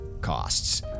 costs